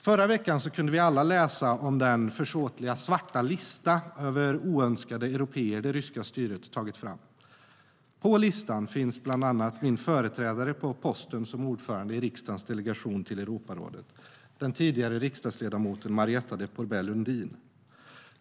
Förra veckan kunde vi alla läsa om den försåtliga svarta lista över oönskade européer som det ryska styret har tagit fram. På listan finns bland annat min företrädare på posten som ordförande i riksdagens delegation till Europarådet, den tidigare riksdagsledamoten Marietta de Pourbaix-Lundin.